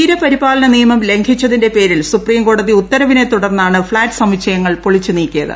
തീരപരിപാലന നിയമം ലംഘിച്ചതിന്റെ പേരിൽ സുപ്രീംകോടതി ഉത്തരവിനെ തുടർന്നാണ് ഫ്ളാറ്റ് സമുച്ചയുങ്ങൾ പൊളിച്ചു നീക്കിയത്